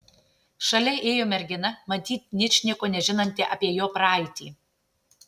šalia ėjo mergina matyt ničnieko nežinanti apie jo praeitį